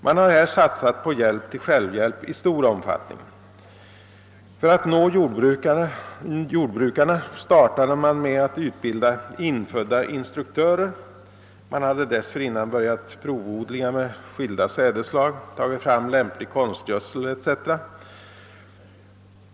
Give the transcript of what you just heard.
Man har här satsat på hjälp till självhjälp i stor omfattning. För att nå jordbrukarna startade man med att utbilda infödda instruktörer — man hade dessförinnan börjat provodlingar med skilda sädesslag, tagit fram lämplig konstgödsel etc.